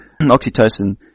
oxytocin